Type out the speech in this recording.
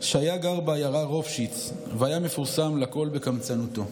שהיה גר בעיירה רופשיץ והיה מפורסם לכול בקמצנותו.